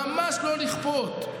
ממש לא לכפות,